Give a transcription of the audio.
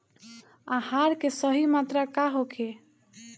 आहार के सही मात्रा का होखे?